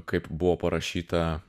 kaip buvo parašyta